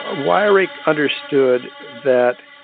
ah weyrich understood that